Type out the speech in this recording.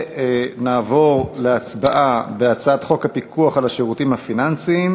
ונעבור להצבעה על הצעת חוק הפיקוח על השירותים הפיננסיים